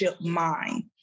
mind